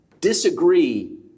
disagree